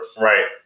Right